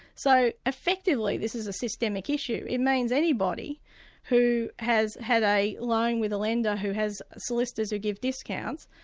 so effectively this is a systemic issue. it means anybody who has had a loan with a lender who has solicitors who give discounts,